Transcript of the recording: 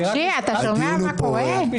תקשיב, אתה שומע מה קורה?